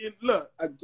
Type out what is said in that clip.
Look